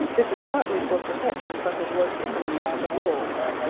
this is partly for protection from his worst enemies, the wolves.